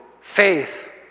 faith